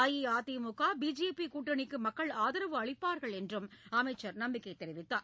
AIADMK BJP கூட்டணிக்கு மக்கள் ஆதரவு அளிப்பார்கள் என்றும் அமைச்சர் நம்பிக்கை தெரிவித்தார்